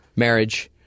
Marriage